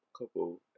couple